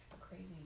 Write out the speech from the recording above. crazy